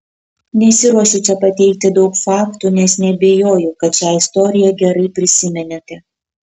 nesiruošiu čia pateikti daug faktų nes neabejoju kad šią istoriją gerai prisimenate